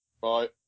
Bye